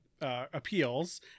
appeals